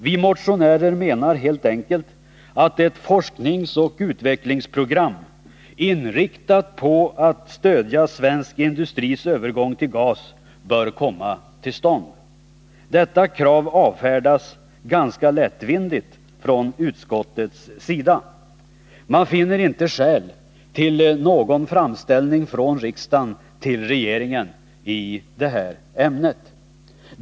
Vi motionärer menar helt enkelt att ett forskningsoch utvecklingsprogram inriktat på att stödja svensk industris övergång till gas bör komma till stånd. Detta krav avfärdas ganska lättvindigt från, utskottets sida. Man finner inte skäl till någon framställning från riksdagen till regeringen i detta ämne.